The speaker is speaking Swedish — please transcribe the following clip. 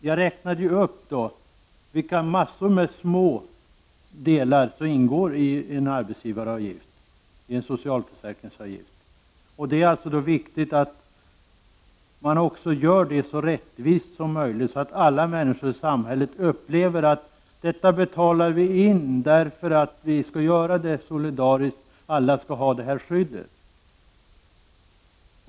Jag räknade upp vilka olika smådelar som ingår i arbetsgivaravgiften och socialförsäkringsavgiften. Då är det viktigt att man också gör det hela så rättvist som möjligt så att alla människor i samhället upplever att de betalar in detta därför att vi skall vara solidariska — alla skall ha samma skydd.